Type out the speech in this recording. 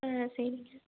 ஆ சரிங்க